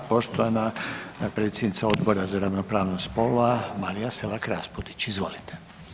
Poštovana predsjednica Odbora za ravnopravnost spolova Marija Selak-Raspudić, izvolite.